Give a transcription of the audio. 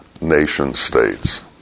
nation-states